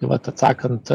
vat atsakant